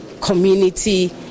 community